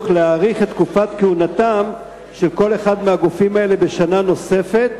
להאריך את תקופת כהונתם של כל אחד מהגופים האלה בשנה נוספת,